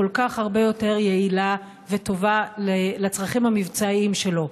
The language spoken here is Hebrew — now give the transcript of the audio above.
הכול-כך הרבה יותר יעילה וטובה לצרכים המבצעיים שלו?